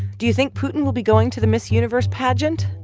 do you think putin will be going to the miss universe pageant?